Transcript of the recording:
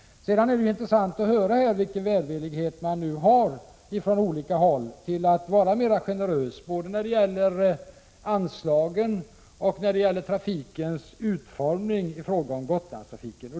Det är intressant att här höra hur välvillig man från olika håll är till att vara mer generös både när det gäller anslagen och när det gäller utformningen av Gotlandstrafiken.